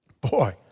Boy